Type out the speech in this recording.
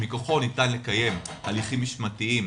שמכוחו ניתן לקיים הליכים משמעתיים,